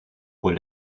pour